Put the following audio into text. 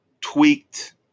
tweaked